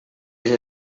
ell